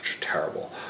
terrible